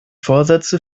vorsätze